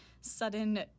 sudden